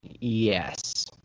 Yes